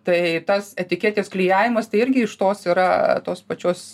tai tas etiketės klijavimas tai irgi iš tos yra tos pačios